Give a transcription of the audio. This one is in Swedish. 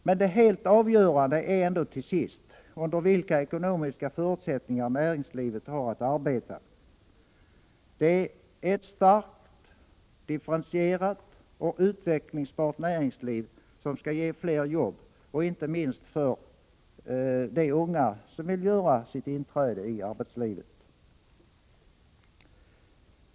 Men det helt avgörande är ändå till sist under vilka ekonomiska förutsättningar näringslivet har att arbeta. Det är ett starkt, differentierat och utvecklingsbart näringsliv som skall ge fler jobb, inte minst för de unga som vill göra sitt inträde i arbetslivet.